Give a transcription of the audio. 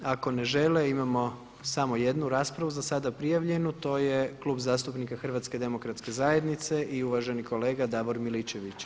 Ako ne žele imamo samo jednu raspravu za sada prijavljenu, to je Klub zastupnika HDZ-a i uvaženi kolega Davor Miličević.